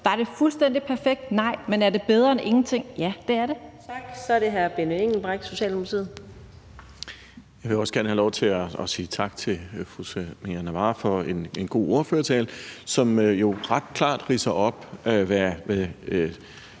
Er det fuldstændig perfekt? Nej. Men er det bedre end ingenting? Ja, det er det.